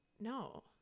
no